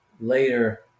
later